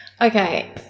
okay